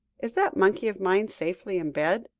is that monkey of mine safely in bed?